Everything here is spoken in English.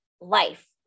life